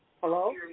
hello